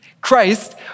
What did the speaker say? Christ